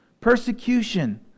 persecution